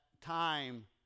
time